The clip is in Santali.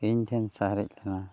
ᱤᱧ ᱴᱷᱮᱱ ᱥᱟᱨᱮᱡ ᱞᱮᱱᱟ